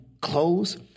clothes